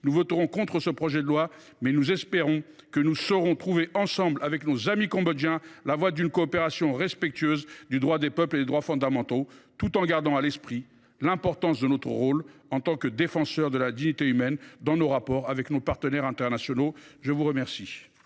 nous voterons contre ce projet de loi. Nous espérons toutefois que nous saurons trouver ensemble, avec nos amis cambodgiens, la voie d’une coopération respectueuse du droit des peuples et des droits fondamentaux tout en gardant à l’esprit l’importance de notre rôle en tant que défenseurs de la dignité humaine dans nos rapports avec nos partenaires internationaux. La discussion